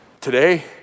today